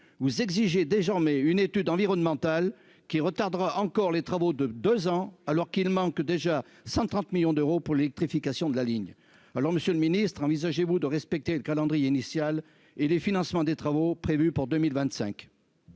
vous exigez désormais une étude environnementale qui retardera encore les travaux de 2 ans, alors qu'il manque déjà 130 millions d'euros pour l'électrification de la ligne, alors Monsieur le Ministre : envisagez-vous de respecter le calendrier initial et les financements des travaux prévus pour 2025.